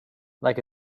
like